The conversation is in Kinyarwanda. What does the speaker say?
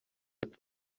ati